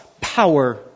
power